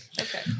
Okay